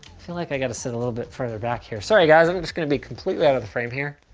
feel like i gotta sit a little bit further back here. sorry, guys, i'm just gonna be completely out of the frame here.